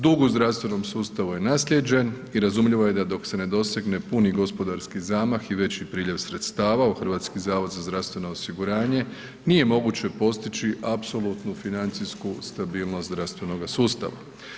Dug u zdravstvenom sustavu je naslijeđen i razumljivo je da dok se ne dosegne puni gospodarski zamah i veći priljev sredstava u HZZO, nije moguće postići apsolutnu financijsku stabilnost zdravstvenoga sustava.